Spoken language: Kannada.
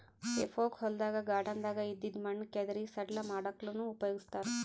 ಹೆಫೋಕ್ ಹೊಲ್ದಾಗ್ ಗಾರ್ಡನ್ದಾಗ್ ಇದ್ದಿದ್ ಮಣ್ಣ್ ಕೆದರಿ ಸಡ್ಲ ಮಾಡಲ್ಲಕ್ಕನೂ ಉಪಯೊಗಸ್ತಾರ್